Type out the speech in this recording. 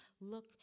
look